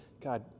God